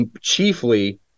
chiefly